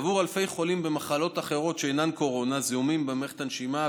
עבור אלפי חולים במחלות אחרות שאינן קורונה: זיהומים במערכת הנשימה,